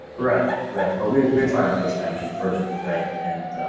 right, right. but we're trying to push that even further. right. and